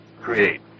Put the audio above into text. create